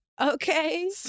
Okay